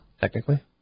Technically